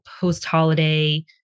post-holiday